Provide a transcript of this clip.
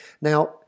Now